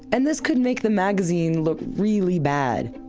and this could make the magazine look really bad,